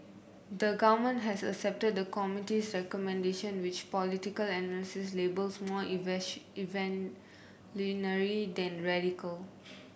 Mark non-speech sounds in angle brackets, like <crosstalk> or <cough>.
the Government has accepted the committee's recommendation which political analysts labelled more <unintelligible> than radical